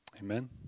Amen